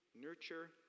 nurture